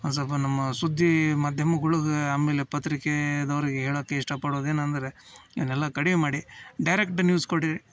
ಒಂದು ಸ್ವಲ್ಪ ನಮ್ಮ ಸುದ್ದಿ ಮಾಧ್ಯಮಗಳಿಗೆ ಆಮೇಲೆ ಪತ್ರಿಕೆದವ್ರಿಗೆ ಹೇಳೋಕ್ಕೆ ಇಷ್ಟಪಡುವುದೇನಂದ್ರೆ ಇದೆಲ್ಲ ಕಡಿಮೆ ಮಾಡಿ ಡೈರೆಕ್ಟ್ ನ್ಯೂಸ್ ಕೊಡಿರಿ